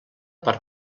per